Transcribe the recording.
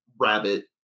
rabbit